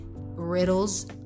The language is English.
riddles